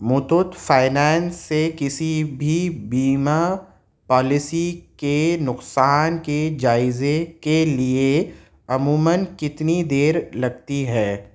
Muthoot finance سے کسی بھی بیمہ پالیسی کے نقصان کے جائزے کے لیے عموما کتنی دیر لگتی ہے